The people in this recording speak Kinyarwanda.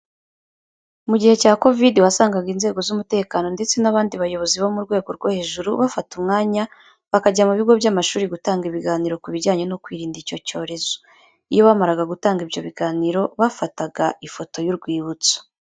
Mu gihe cya kovidi wasangaga inzego z'umutekano ndetse n'abandi bayobozi bo mu rwego rwo hejuru bafata umwanya bakajya mu bigo by'amashuri gutanga ibiganiro ku bijyanye no kwirinda icyo cyorezo. Iyo bamaraga gutanga ibyo biganiro bafataga ifoto y'urwibutso.